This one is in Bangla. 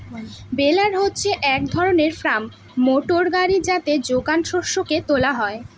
বেলার হচ্ছে এক ধরনের ফার্ম মোটর গাড়ি যাতে যোগান শস্যকে তোলা হয়